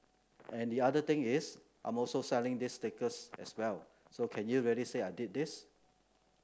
and the other thing is I'm also selling these stickers as well so can you really say I did these